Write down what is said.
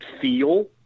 feel